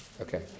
Okay